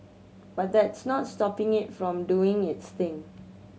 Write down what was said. but that's not stopping it from doing its thing